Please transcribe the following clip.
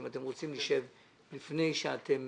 אם אתם רוצים, נשב לפני שאתם